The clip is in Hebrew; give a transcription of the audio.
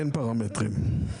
אין פרמטרים.